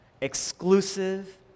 exclusive